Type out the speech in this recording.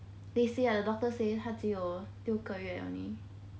they say ah doctor say 他只有六个月 only